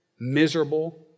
miserable